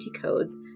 codes